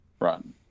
run